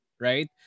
Right